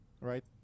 right